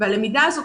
הלמידה הזאת,